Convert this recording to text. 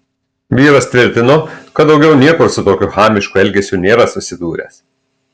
vyras tvirtino kad daugiau niekur su tokiu chamišku elgesiu nėra susidūręs